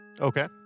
Okay